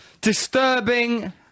Disturbing